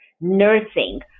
nursing